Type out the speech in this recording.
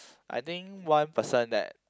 I think one person that